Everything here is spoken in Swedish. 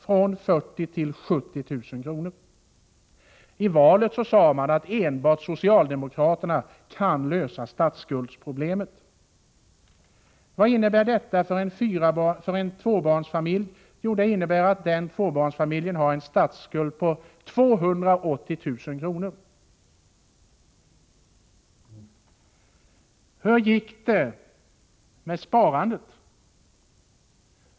från 40 000 till 70 000 kr. I valet sade socialdemokraterna att enbart de kunde lösa statsskuldsproblemet. Vad innebär detta för en tvåbarnsfamilj? Jo, den har en statsskuld på 280 000 kr. Hur gick det med sparandet?